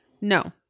No